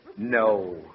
No